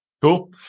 Cool